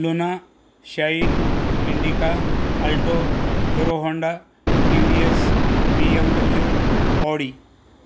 luna shine Indica alto Hero Honda TVS BMW Audi